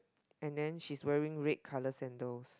and then she's wearing red colour sandals